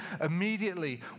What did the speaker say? immediately